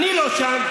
אני לא שם.